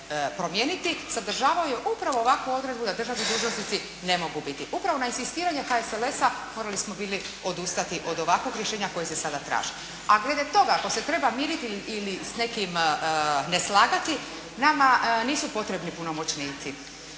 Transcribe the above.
promijeniti. Sadržavao je upravo ovakvu odredbu da državni dužnosnici ne mogu. Upravo na inzistiranje HSLS-a morali smo bili odustati od ovakvog rješenja koje se sada traži. A glede toga ako se treba miriti ili s nekim neslagati nama nisu potrebni punomoćnici